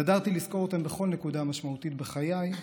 נדרתי לזכור אותם בכל נקודה משמעותית בחיי,